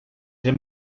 hem